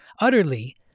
utterly